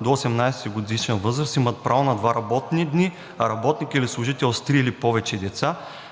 до 18-годишна възраст имат право на два работни дни, а работникът или служител с три или повече